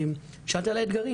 שאלת על האתגרים.